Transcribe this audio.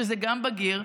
שזה גם בגיר.